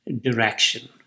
direction